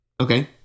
Okay